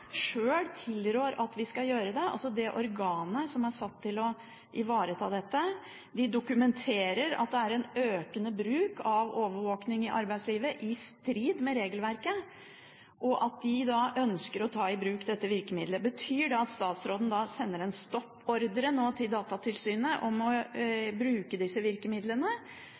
sjøl tilrår at vi skal gjøre det. Det organet som er satt til å ivareta dette, dokumenterer at det er en økende bruk av overvåkning i arbeidslivet i strid med regelverket, og de ønsker å ta i bruk dette virkemiddelet. Betyr det at statsråden nå sender til Datatilsynet en stoppordre når det gjelder å bruke disse virkemidlene?